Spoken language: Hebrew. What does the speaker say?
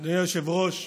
אדוני היושב-ראש,